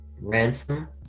Ransom